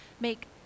Make